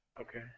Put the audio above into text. Okay